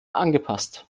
angepasst